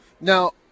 Now